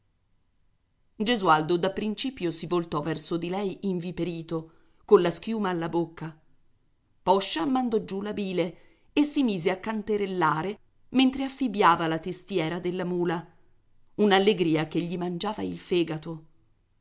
gesualdo da principio si voltò verso di lei inviperito colla schiuma alla bocca poscia mandò giù la bile e si mise a canterellare mentre affibbiava la testiera della mula un'allegria che gli mangiava il fegato